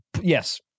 Yes